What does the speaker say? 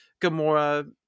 Gamora